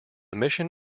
mission